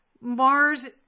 Mars